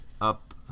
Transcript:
up